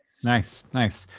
nice, nice.